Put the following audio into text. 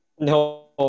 No